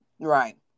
Right